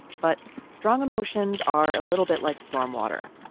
but strong emotions are a little bit like storm water.